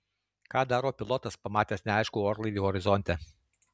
ką daro pilotas pamatęs neaiškų orlaivį horizonte